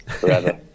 forever